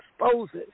exposes